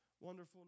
Wonderful